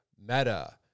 Meta